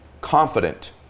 confident